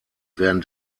werden